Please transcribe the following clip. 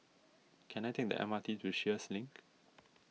can I take the M R T to Sheares Link